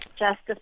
justice